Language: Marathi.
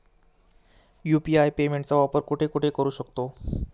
यु.पी.आय पेमेंटचा वापर कुठे कुठे करू शकतो?